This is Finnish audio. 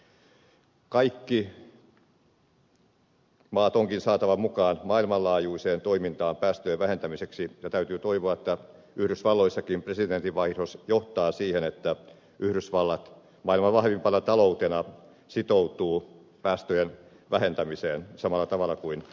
kaikki maat onkin saatava mukaan maailmanlaajuiseen toimintaan päästöjen vähentämiseksi ja täytyy toivoa että yhdysvalloissakin presidentinvaihdos johtaa siihen että yhdysvallat maailman vahvimpana taloutena sitoutuu päästöjen vähentämiseen samalla tavalla kuin eu